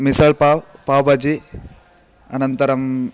मिसल् पाव् पाव्बजि अनन्तरम्